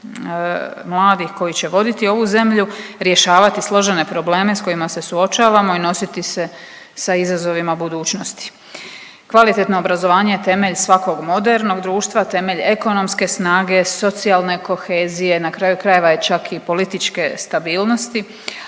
mladih koji će voditi ovu zemlju, rješavati složene probleme sa kojima se suočavamo i nositi se sa izazovima budućnosti. Kvalitetno obrazovanje je temelj svakog modernog društva, temelj ekonomske snage, socijalne kohezije. Na kraju krajeva je čak i političke stabilnosti,